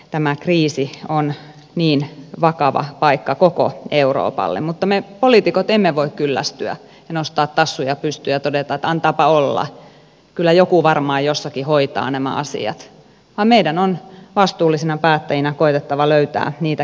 tämä kriisi on niin vakava paikka koko euroopalle mutta me poliitikot emme voi kyllästyä ja nostaa tassuja pystyyn ja todeta että antaapa olla kyllä joku varmaan jossakin hoitaa nämä asiat vaan meidän on vastuullisina päättäjinä koetettava löytää niitä keinoja